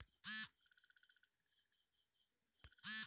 pneumonia बुखार के सेती पशु ल सांस ले म दिक्कत होथे